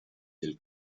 del